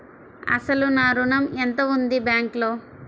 అసలు నా ఋణం ఎంతవుంది బ్యాంక్లో?